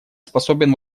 способен